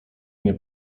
nie